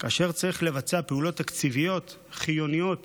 כאשר צריך לבצע פעולות תקציביות חיוניות